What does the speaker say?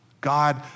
God